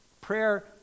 Prayer